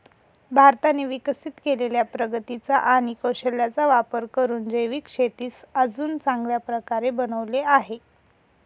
भारताने विकसित केलेल्या प्रगतीचा आणि कौशल्याचा वापर करून जैविक शेतीस अजून चांगल्या प्रकारे बनवले आहे